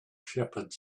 shepherds